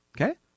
Okay